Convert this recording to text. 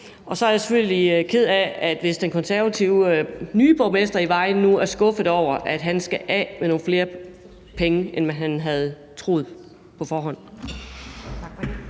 Så er jeg selvfølgelig ked af det, hvis den nye konservative borgmester i Vejen er skuffet over, at han skal af med nogle flere penge, end han havde troet på forhånd.